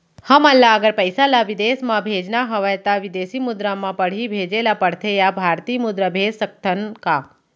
हमन ला अगर पइसा ला विदेश म भेजना हवय त विदेशी मुद्रा म पड़ही भेजे ला पड़थे या भारतीय मुद्रा भेज सकथन का?